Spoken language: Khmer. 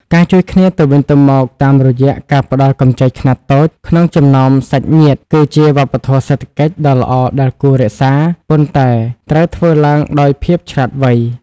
ការជួយគ្នាទៅវិញទៅមកតាមរយៈការផ្ដល់កម្ចីខ្នាតតូចក្នុងចំណោមសាច់ញាតិ គឺជា "វប្បធម៌សេដ្ឋកិច្ច" ដ៏ល្អដែលគួររក្សា ប៉ុន្តែត្រូវធ្វើឡើងដោយភាពឆ្លាតវៃ។